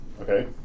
okay